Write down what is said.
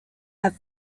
have